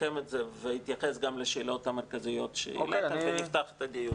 אסכם את זה ואתייחס גם לשאלות המרכזיות שאתה העלית ונפתח את הדיון.